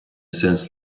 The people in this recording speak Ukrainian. сенс